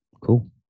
Cool